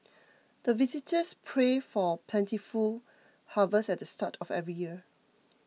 the villagers pray for plentiful harvest at the start of every year